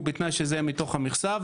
ובתנאי שזה יהיה מתוך המכסה.